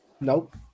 Nope